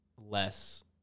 less